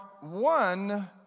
one